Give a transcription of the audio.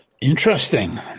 Interesting